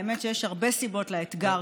האמת שיש הרבה סיבות לאתגר.